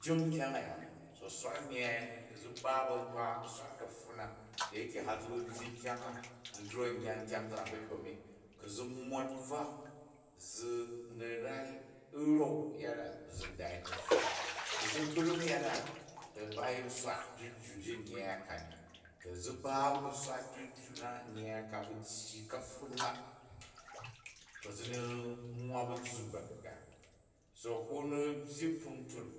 Jing nkyong a̱ya, so swat nnyyai a ku̱ zi ba ba̱ nkpa u̱ swat ka̱ptun na, da yake har zi wu byyi nkyang a zi drok n yya nkyang zaa ba̱hyom ni. Ku̱ zi mon bvak, zi ni rai ra̱u yada zi n dai kapfun ni ku̱ zi brang yada ba yin swat jujju ji nnyyai ka ni, ku zi ba ba swat jyya na nnyyai ka bu tyyi kapfun ka to zi nnwak ba̱zzun ba̱gu̱ngang. So kin ni byyi kpuntung